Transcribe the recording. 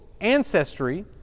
ancestry